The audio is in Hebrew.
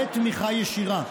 לתמיכה ישירה.